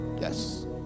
yes